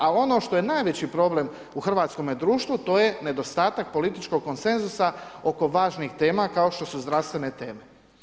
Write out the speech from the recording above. Ali ono što je najveći problem u hrvatskome društvu to je nedostatak političkog konsenzusa oko važnih tema kao što su zdravstvene teme.